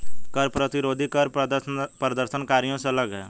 कर प्रतिरोधी कर प्रदर्शनकारियों से अलग हैं